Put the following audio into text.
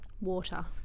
Water